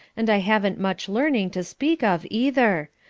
and i haven't much learning to speak of either.